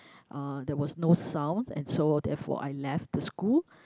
uh there was no sound and so therefore I left the school